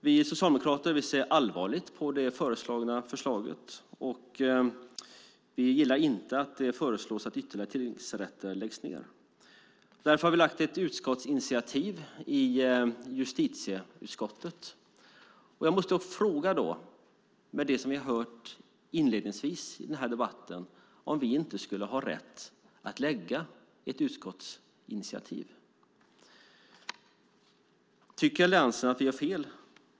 Vi socialdemokrater ser allvarligt på förslaget. Vi gillar inte att det föreslås att ytterligare tingsrätter läggs ned. Därför har vi lagt fram ett utskottsinitiativ i justitieutskottet, och jag måste fråga, med anledning av det vi har hört inledningsvis i denna debatt, om vi inte skulle ha rätt att lägga fram ett utskottsinitiativ. Tycker Alliansen att vi gör fel?